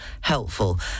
helpful